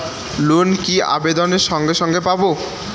Loan কি আবেদনের সঙ্গে সঙ্গে পাব?